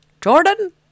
Jordan